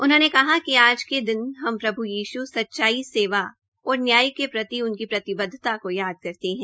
उन्होंने कहा कि आज के दिन हम प्रभ् यीश् सच्चाई सेवा और न्याय के प्रति उनकी प्रतिबद्वता को याद करते है